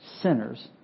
sinners